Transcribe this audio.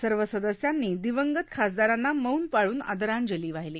सर्व सदस्यांनी दिवंगत खासदारांना मौन पाळून आदरांजली अर्पण केली